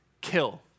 Kill